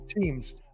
teams